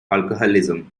alcoholism